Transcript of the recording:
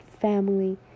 family